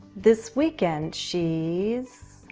this weekend she's